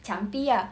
墙壁 ah